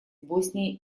боснии